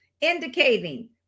indicating